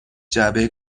جعبه